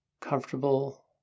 comfortable